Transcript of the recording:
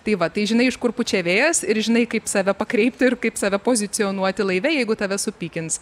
tai va tai žinai iš kur pučia vėjas ir žinai kaip save pakreipti ir kaip save pozicionuoti laive jeigu tave supykins